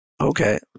Okay